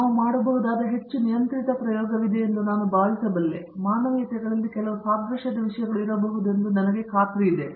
ನಾವು ಮಾಡಬಹುದಾದ ಕೆಲವು ಹೆಚ್ಚು ನಿಯಂತ್ರಿತ ಪ್ರಯೋಗವಿದೆ ಎಂದು ನಾನು ಭಾವಿಸಬಲ್ಲೆ ಮಾನವೀಯತೆಗಳಲ್ಲಿ ಕೆಲವು ಸಾದೃಶ್ಯದ ವಿಷಯಗಳು ಇರಬಹುದೆಂದು ನನಗೆ ಖಾತ್ರಿಯಿದೆ